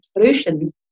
solutions